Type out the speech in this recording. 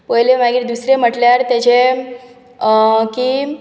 पयले मागीर दुसरे म्हटल्यार ताचे की